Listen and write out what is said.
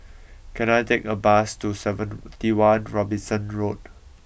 can I take a bus to seventy one Robinson Road